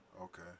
Okay